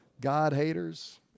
God-haters